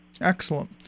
Excellent